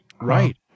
Right